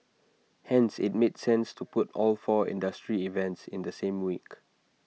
hence IT made sense to put all four industry events in the same week